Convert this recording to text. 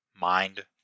mind